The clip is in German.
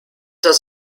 das